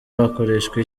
bakoreshwa